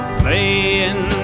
playing